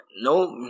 no